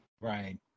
Right